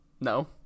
No